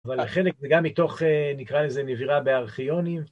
אבל החלק, זה גם מתוך, נקרא לזה, נבירה בארכיונים.